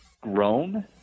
grown